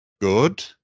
good